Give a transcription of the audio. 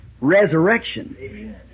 Resurrection